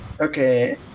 okay